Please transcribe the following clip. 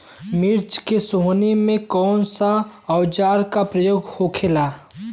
मिर्च के सोहनी में कौन सा औजार के प्रयोग होखेला?